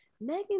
Megan